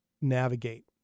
navigate